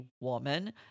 woman